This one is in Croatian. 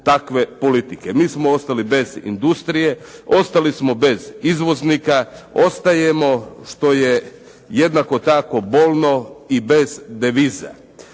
takve politike. Mi smo ostali bez industrije, ostali smo bez izvoznika, ostajemo što je jednako tako bolno i bez deviza.